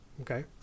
Okay